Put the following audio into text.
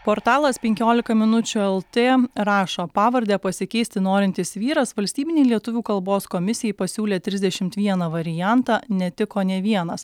portalas penkiolika minučių lt rašo pavardę pasikeisti norintis vyras valstybinei lietuvių kalbos komisijai pasiūlė trisdešimt vieną variantą netiko nė vienas